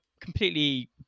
completely